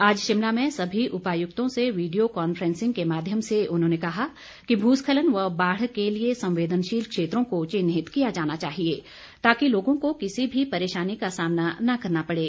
आज शिमला में सभी उपायुक्तों से वीडियो काफ्रेंसिंग के माध्यम से उन्होंने कहा कि भूस्खलन व बाढ़ के लिए संवेदनशील क्षेत्रों को चिन्हित किया जाना चाहिए ताकि लोगों को किसी भी परेशानी का सामना न करना पड़े